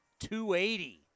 280